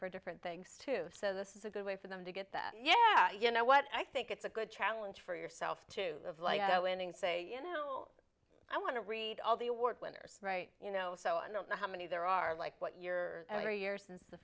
for different things too so this is a good way for them to get that yeah you know what i think it's a good challenge for yourself to live like go in and say you know i want to read all the award winners right you know so i don't know how many there are like what you're every year since the